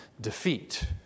defeat